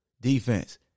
Defense